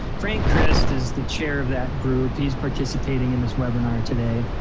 frank krist is the chair of that group. he's participating in this webinar today.